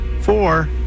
four